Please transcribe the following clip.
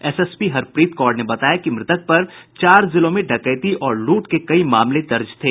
SSP Harpreet Kaur ने बताया कि मृतक पर चार जिलों में डकैती और लूट के कई मामले दर्ज थे